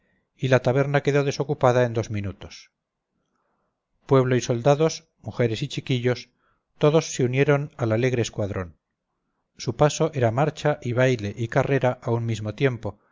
y la taberna quedó desocupada en dos minutos pueblo y soldados mujeres y chiquillos todos se unieron al alegre escuadrón su paso era marcha y baile y carrera a un mismo tiempo